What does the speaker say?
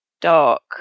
dark